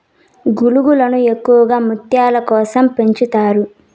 గుల్లలను ఎక్కువగా ముత్యాల కోసం పెంచుతారు